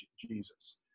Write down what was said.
Jesus